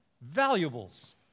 valuables